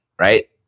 Right